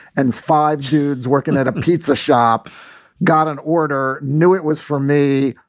and five dudes working at a pizza shop got an order. knew it was for me.